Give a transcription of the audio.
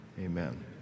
amen